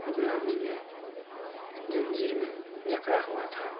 गुलामी में ज़ंजीर में जकड़ा हुआ था